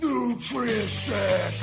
Nutrition